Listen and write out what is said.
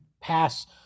pass